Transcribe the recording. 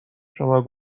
شما